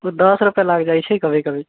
ई दश रुपए लागि जाइ छै कभी कभी